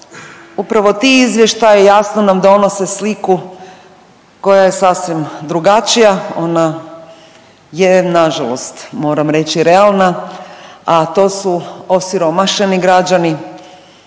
upravo ti izvještaji jasno nam donose sliku koja je sasvim drugačija, ona je nažalost moram reći realna, a to su osiromašeni građani